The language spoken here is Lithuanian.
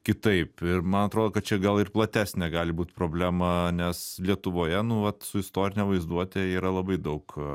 kitaip ir man atrodo kad čia gal ir platesnė gali būt problema nes lietuvoje nu vat su istorine vaizduote yra labai daug